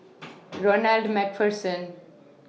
Ronald MacPherson